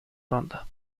ronda